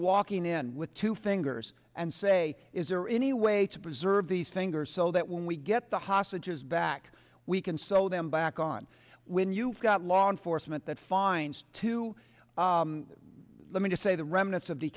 walking in with two fingers and say is there any way to preserve these things or so that when we get the hostages back we can sew them back on when you've got law enforcement that fines to let me just say the remnants of the